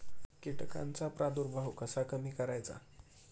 कीटकांचा प्रादुर्भाव कसा कमी करायचा?